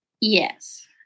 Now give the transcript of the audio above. Yes